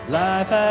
life